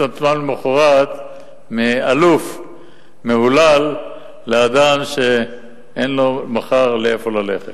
עצמם למחרת מאלוף מהולל לאדם שאין לו מחר לאיפה ללכת.